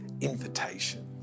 invitation